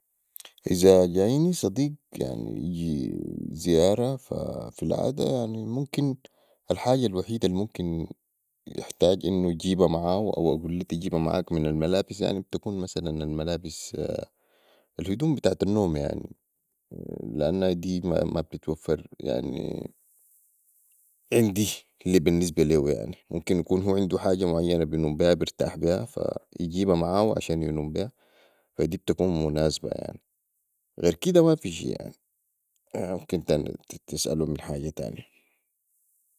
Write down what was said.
اذا جائني صديق يجي زيارة في العاده ممكن الحاجة الوحيده الممكن يجيبا معاهو او أقول ليهو تجيبا معاك من الملابس يعني بتكون مثلا الملابس الهدوم بتاعت النوم لأنها دي يعني مابتتوفر عندي بي النسبة ليو يعني ممكن يكون هو عندو حاجه معينه بنوم بيها برتاح بيها ف يجيبا معاو عشان ينوم بيها برتاح بيها ف دي بتكون مناسبة غير كده مافي شئ يعني ماممكن تاني تسالو من حاجه تاني